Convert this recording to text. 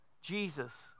Jesus